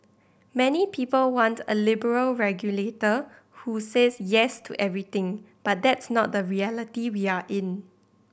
many people want a liberal regulator who says yes to everything but that's not the reality we are in